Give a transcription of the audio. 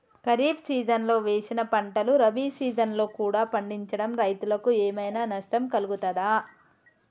ఖరీఫ్ సీజన్లో వేసిన పంటలు రబీ సీజన్లో కూడా పండించడం రైతులకు ఏమైనా నష్టం కలుగుతదా?